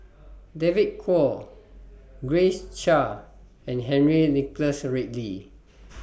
David Kwo Grace Chia and Henry Nicholas Ridley